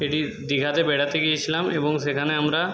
এটি দীঘাতে বেড়াতে গিয়েছিলাম এবং সেখানে আমরা